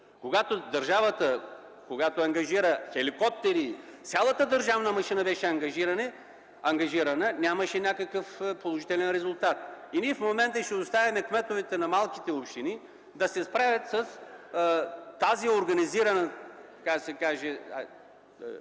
Когато държавата ангажира хеликоптери, цялата държавна машина беше ангажирана, нямаше някакъв положителен резултат. Ние в момента ще оставим кметовете на малките общини да се справят с тези, които са